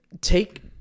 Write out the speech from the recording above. take